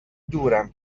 دورم